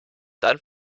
dann